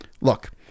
Look